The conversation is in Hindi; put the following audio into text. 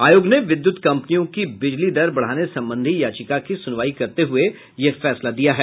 आयोग ने विद्यूत कंपनियों की बिजली दर बढ़ाने संबंधी याचिका की सुनवाई करते हुए यह फैसला दिया है